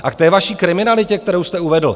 A k té vaší kriminalitě, kterou jste uvedl.